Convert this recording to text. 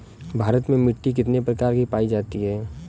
भारत में मिट्टी कितने प्रकार की पाई जाती हैं?